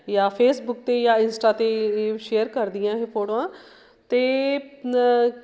ਯਾਂ ਫੇਸਬੁੱਕ 'ਤੇ ਜਾਂ ਇੰਸਟਾ 'ਤੇ ਸ਼ੇਅਰ ਕਰਦੀ ਹਾਂ ਇਹ ਫੋਟੋਆਂ ਅਤੇ